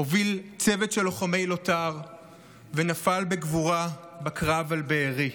הוביל צוות של לוחמי לוט"ר ונפל בגבורה בקרב על בארי.